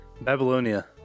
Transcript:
Babylonia